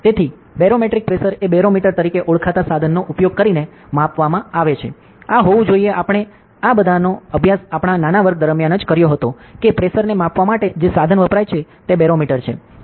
તેથી barometric pressure એ barometer તરીકે ઓળખાતા સાધનનો ઉપયોગ કરીને માપવામાં આવે છે આ હોવું જોઈએ આપણે બધાએ આનો અભ્યાસ આપણા નાના વર્ગ દરમિયાન જ કર્યો હોત કે પ્રેશરને માપવા માટે જે સાધન વપરાય છે તે બેરોમીટર છે